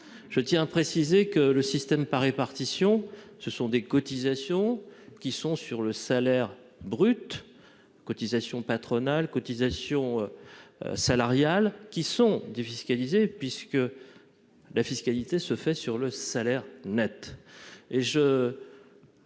Je tiens à préciser que le système par répartition repose sur des cotisations prises sur le salaire brut- cotisations patronales, cotisations salariales -et qui sont défiscalisées puisque la fiscalité s'opère sur le salaire net.